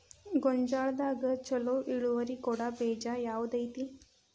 ಗೊಂಜಾಳದಾಗ ಛಲೋ ಇಳುವರಿ ಕೊಡೊ ಬೇಜ ಯಾವ್ದ್ ಐತಿ?